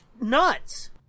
nuts